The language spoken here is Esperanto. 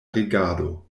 regado